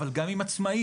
אבל גם עם עצמאיים.